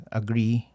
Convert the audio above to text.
agree